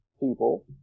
people